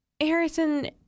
Harrison